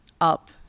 up